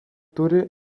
turi